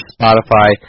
Spotify